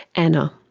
anna.